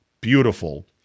Beautiful